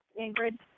Ingrid